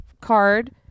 card